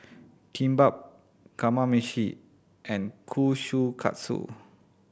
Kimbap Kamameshi and Kushikatsu